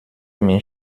mich